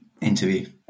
interview